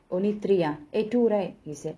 only three ah eh two right you said